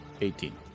Eighteen